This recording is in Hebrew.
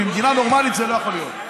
במדינה נורמלית זה לא יכול להיות.